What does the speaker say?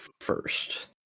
first